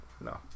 No